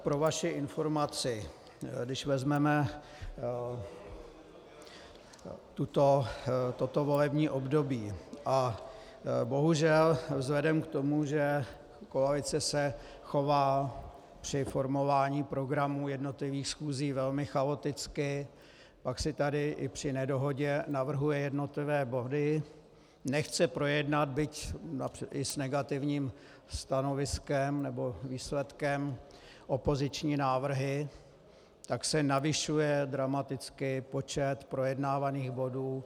Pro vaši informaci, když vezmeme toto volební období, bohužel vzhledem k tomu, že koalice se chová při formování programu jednotlivých schůzí velmi chaoticky, pak si tady i při nedohodě navrhuje jednotlivé body, nechce projednat, byť s negativním stanoviskem nebo výsledkem, opoziční návrhy, tak se navyšuje dramaticky počet projednávaných bodů.